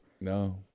No